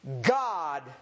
God